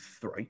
three